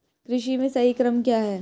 कृषि में सही क्रम क्या है?